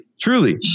truly